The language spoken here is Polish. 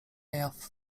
jaw